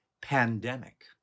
pandemic